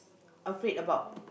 afraid about